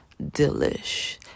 delish